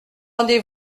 rendez